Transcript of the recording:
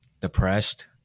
depressed